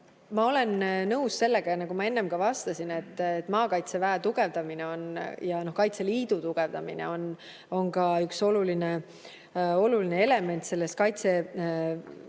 Ma olen nõus sellega, nagu ma enne vastasin, et maakaitseväe tugevdamine ja Kaitseliidu tugevdamine on ka üks oluline element kaitsevõime